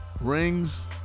Rings